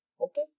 Okay